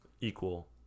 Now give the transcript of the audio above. equal